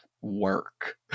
work